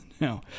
No